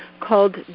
called